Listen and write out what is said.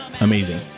amazing